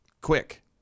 quick